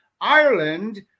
Ireland